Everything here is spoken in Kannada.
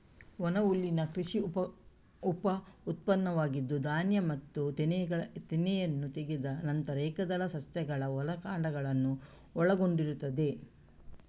ಒಣಹುಲ್ಲಿನ ಕೃಷಿ ಉಪ ಉತ್ಪನ್ನವಾಗಿದ್ದು, ಧಾನ್ಯ ಮತ್ತು ತೆನೆಯನ್ನು ತೆಗೆದ ನಂತರ ಏಕದಳ ಸಸ್ಯಗಳ ಒಣ ಕಾಂಡಗಳನ್ನು ಒಳಗೊಂಡಿರುತ್ತದೆ